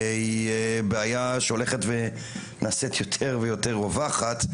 היא בעיה שהולכת ונעשית יותר ויותר רווחת,